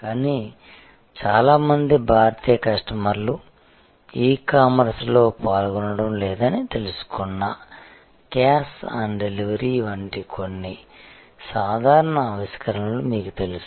కానీ చాలా మంది భారతీయ కస్టమర్లు ఈ కామర్స్లో పాల్గొనడం లేదని తెలుసుకున్న క్యాష్ ఆన్ డెలివరీ వంటి కొన్ని సాధారణ ఆవిష్కరణలు మీకు తెలుసా